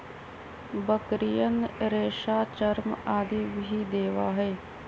बकरियन रेशा, चर्म आदि भी देवा हई